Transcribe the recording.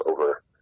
over